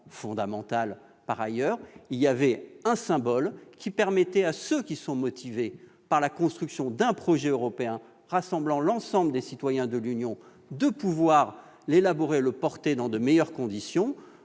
fondamental par ailleurs. Il s'agit d'un symbole permettant à ceux qui sont motivés par la construction d'un projet européen, rassemblant l'ensemble des citoyens de l'Union, de l'élaborer et de le porter dans de meilleures conditions.